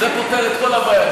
זה פותר את כל הבעיה.